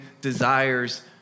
desires